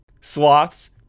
Sloths